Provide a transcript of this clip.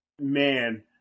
man